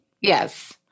Yes